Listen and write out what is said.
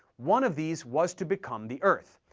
one of these was to become the earth,